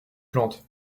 plantes